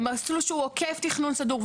ומסלול שהוא עוקף תכנון סדור,